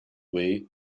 way